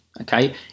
Okay